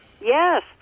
Yes